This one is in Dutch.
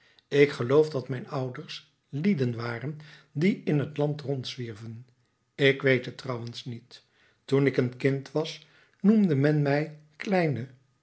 ik geloof dat mijn ouders lieden waren die in het land rondzwierven ik weet het trouwens niet toen ik een kind was noemde men mij kleine